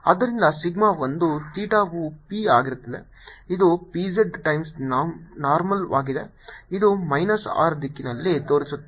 ಆದ್ದರಿಂದ ಸಿಗ್ಮಾ 1 ಥೀಟಾವು P ಆಗಿರುತ್ತದೆ ಇದು P z ಟೈಮ್ಸ್ ನಾರ್ಮಲ್ವಾಗಿದೆ ಇದು ಮೈನಸ್ r ದಿಕ್ಕಿನಲ್ಲಿ ತೋರಿಸುತ್ತದೆ